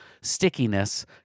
stickiness